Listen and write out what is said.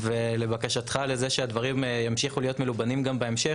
ולבקשתך לזה שהדברים ימשיכו להיות מלובנים גם בהמשך,